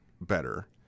Better